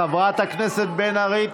חברת הכנסת בן ארי.